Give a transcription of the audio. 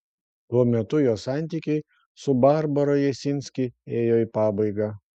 tuo metu jo santykiai su barbara jasinski ėjo į pabaigą